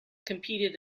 competed